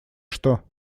что